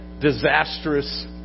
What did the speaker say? disastrous